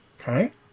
Okay